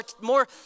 more